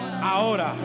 Ahora